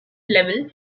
level